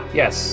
yes